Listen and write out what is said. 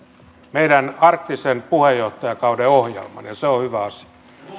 meidän arktisen puheenjohtajakautemme ohjelman ja se on hyvä asia